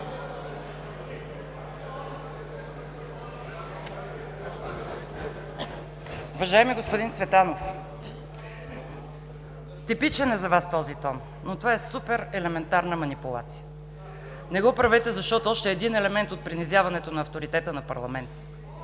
Уважаеми господин Цветанов! Типичен е за Вас този тон, но това е супер елементарна манипулация! Не го правете, защото е още един елемент от принизяването на авторитета на парламента.